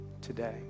today